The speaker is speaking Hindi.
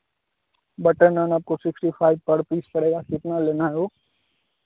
बटर नान आपको सिक्स्टी फाइब पर पीस पड़ेगा कितना लेना है वह